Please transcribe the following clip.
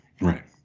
Right